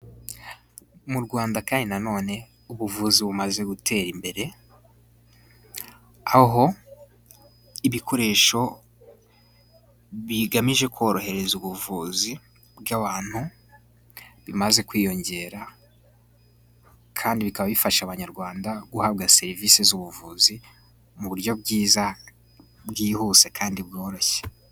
Mu rwanda kandi na none ubuvuzi bumaze gutera imbere, aho ibikoresho bigamije korohereza ubuvuzi bw'abantu bimaze kwiyongera, kandi bikaba bifasha abanyarwanda guhabwa serivisi z'ubuvuzi mu buryo bwiza, bwihuse kandi bworoshye.